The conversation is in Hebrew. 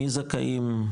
מי זכאים,